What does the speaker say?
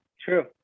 True